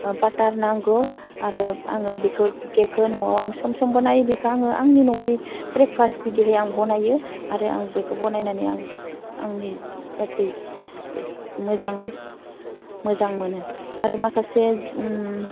बाटार नांगौ आरो आङो बेखौ केकखौ नआव आं सम सम बानायो बेखौ आङो आंनि न'नि ब्रेकफास्ट बिदिहै आं बनायो आरो आं बेखौ बनायनानै आं आंनि गासै मोजां मोजां मोनो आरो माखासे